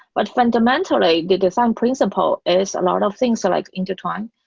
but fundamentally, the design principle is a lot of things so like intertwined.